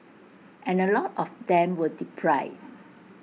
and A lot of them were deprived